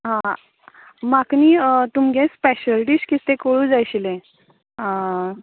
आं म्हाका न्ही तुमगे स्पेशल कितें तें कळूंक जाय आशिल्लें आं